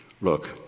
Look